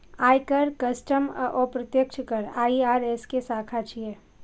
आयकर, कस्टम आ अप्रत्यक्ष कर आई.आर.एस के शाखा छियै